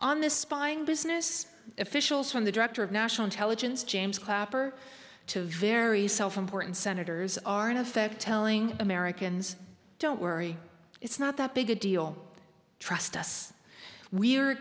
this spying business officials from the director of national intelligence james clapper to very self important senators are in effect telling americans don't worry it's not that big a deal trust us we're